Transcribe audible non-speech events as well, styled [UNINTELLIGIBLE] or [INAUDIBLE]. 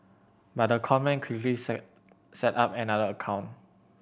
but the con man quickly [UNINTELLIGIBLE] set up another account